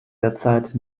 derzeit